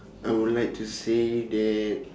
I would like to say that